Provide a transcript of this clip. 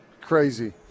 Crazy